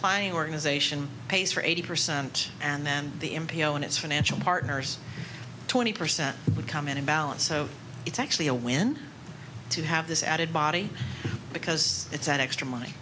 buying organization pays for eighty percent and then the m p l and its financial partners twenty percent would come into balance so it's actually a win to have this added body because it's an extra money